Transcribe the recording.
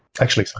actually,